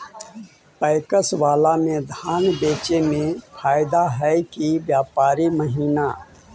PACS बाला में धान बेचे मे फायदा है कि व्यापारी महिना?